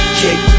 Kick